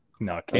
No